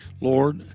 Lord